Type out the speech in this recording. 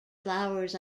flowers